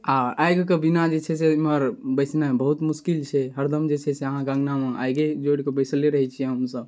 हँ आगि के बिना जे छै से एम्हर बैसनाइ बहुत मुसकिल छै हरदम जे छै से अहाँ अङनामे आगिये जोड़िकऽ बैसले रहै छी हमहूँ सब